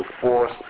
force